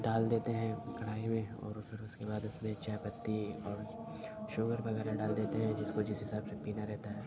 ڈال دیتے ہیں کڑھائی میں اور پھر اس کے بعد اس میں چائے پتی اور شوگر وغیرہ ڈال دیتے ہیں جس کو جس حساب سے پینا رہتا ہے